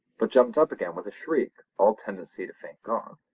but jumped up again with a shriek, all tendency to faint gone.